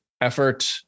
effort